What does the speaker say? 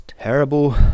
Terrible